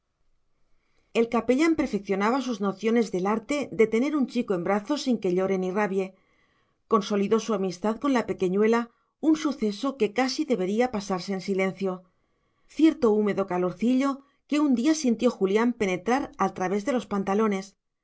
el capellán perfeccionaba sus nociones del arte de tener un chico en brazos sin que llore ni rabie consolidó su amistad con la pequeñuela un suceso que casi debería pasarse en silencio cierto húmedo calorcillo que un día sintió julián penetrar al través de los pantalones